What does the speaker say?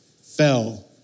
fell